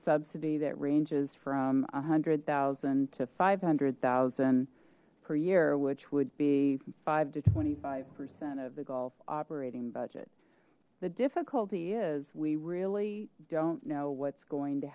subsidy that ranges from a hundred thousand to five hundred thousand per year which would be five to twenty five percent of the golf operating budget the difficulty is we really don't know what's going to